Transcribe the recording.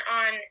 on